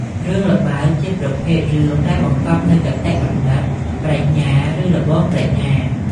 រឿងល្បើក ជាប្រភេទរឿងដែលបង្កប់នូវគតិបណ្ឌិត ប្រាជ្ញា ឬល្បងប្រាជ្ញា។